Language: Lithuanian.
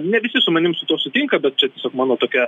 ne visi su manim su tuo sutinka bet čia tiesiog mano tokia